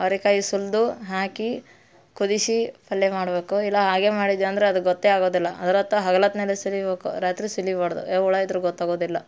ಅವರೆಕಾಯಿ ಸುಲಿದು ಹಾಕಿ ಕುದಿಸಿ ಪಲ್ಯ ಮಾಡಬೇಕು ಇಲ್ಲ ಹಾಗೇ ಮಾಡಿದ್ವಿ ಅಂದ್ರೆ ಅದು ಗೊತ್ತೇ ಆಗೋದಿಲ್ಲ ಅದ್ರತ್ತ ಹಗಲೊತ್ನಲ್ಲೆ ಸುಲಿಬೇಕು ರಾತ್ರಿ ಸುಲಿಬಾರ್ದು ಯಾವ ಹುಳು ಇದ್ರೂ ಗೊತ್ತಾಗುವುದಿಲ್ಲ